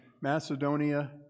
Macedonia